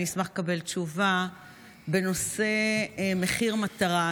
אני אשמח לקבל תשובה בנושא מחיר מטרה.